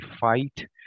fight